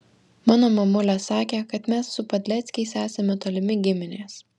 mano mamulė sakė kad mes su padleckiais esame tolimi giminės